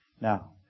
Now